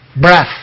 breath